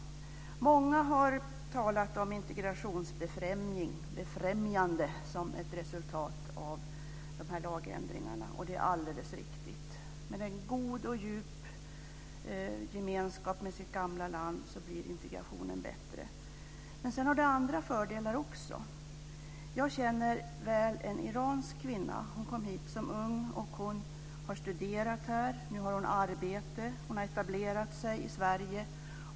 Många har talat om integrationsbefrämjande som ett resultat av de här lagändringarna, och det är alldeles riktigt. För den som känner en god och djup gemenskap med sitt gamla land blir integrationen bättre. Men det har också andra fördelar. Jag känner väl en iransk kvinna, som kom hit som ung och som har studerat här. Nu har hon arbete och har etablerat sig i Sverige.